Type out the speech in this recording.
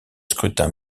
scrutin